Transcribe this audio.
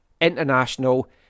international